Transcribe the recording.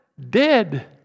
dead